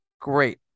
Great